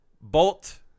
Bolt